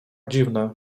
dziwne